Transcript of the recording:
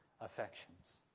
affections